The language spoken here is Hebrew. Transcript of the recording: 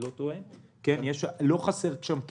לא חסר שם כסף,